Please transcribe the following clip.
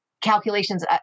calculations